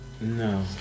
No